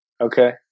Okay